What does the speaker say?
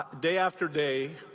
day after day,